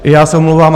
I já se omlouvám.